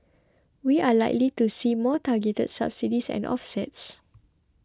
we are likely to see more targeted subsidies and offsets